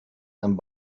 and